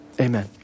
amen